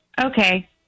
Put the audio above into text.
Okay